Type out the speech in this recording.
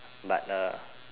but uh